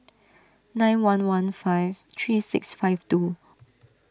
nine one one five three six five two